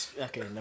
okay